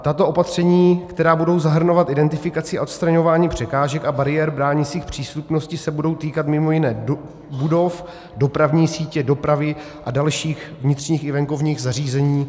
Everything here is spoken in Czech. Tato opatření, která budou zahrnovat identifikaci a odstraňování překážek a bariér bránících přístupnosti, se budou týkat mimo jiné budov, dopravní sítě, dopravy a dalších vnitřních i venkovních zařízení atd.